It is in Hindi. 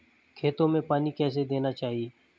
खेतों में पानी कैसे देना चाहिए?